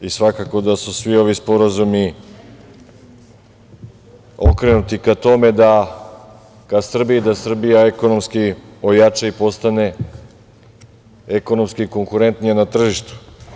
Svakako da su svi ovi sporazumi okrenuti ka Srbiji, da Srbija ekonomski ojača i postane ekonomski konkurentnija na tržištu.